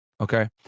Okay